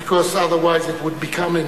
because otherwise it would become a